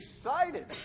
excited